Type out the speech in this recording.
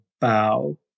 bow